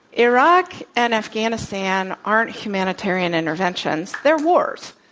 iraq and afghanistan aren't humanitarian interventions. they're wars.